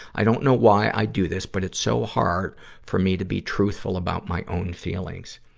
i don't know why i do this, but it's so hard for me to be truthful about my own feelings.